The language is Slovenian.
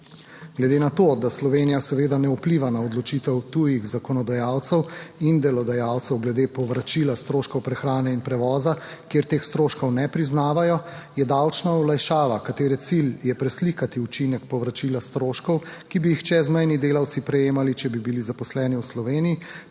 Glede na to, da Slovenija seveda ne vpliva na odločitev tujih zakonodajalcev in delodajalcev glede povračila stroškov prehrane in prevoza, kjer teh stroškov ne priznavajo, je davčna olajšava, katere cilj je preslikati učinek povračila stroškov, ki bi jih čezmejni delavci prejemali, če bi bili zaposleni v Sloveniji